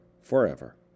forever